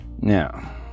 now